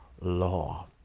law